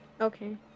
okay